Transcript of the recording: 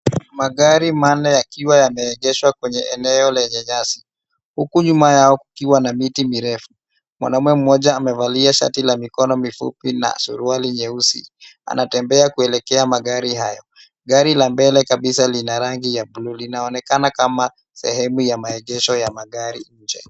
Magari manne yakiwa yameegeshwa kwenye eneo lenye nyasi, huku nyuma yao kukiwa na miti mirefu. Mwanaume mmoja amevalia shati la mikono mifupi na suruali nyeusi. Anatembea kuelekea magari hayo. Gari la mbele kabisa lina rangi ya bluu. Inaonekana kama sehemu ya maegesho ya magari nje.